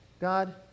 God